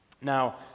Now